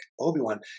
Obi-Wan